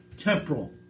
temporal